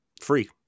free